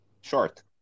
Short